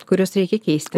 kuriuos reikia keisti